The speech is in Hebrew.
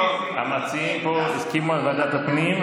המציעים פה הסכימו על ועדת הפנים.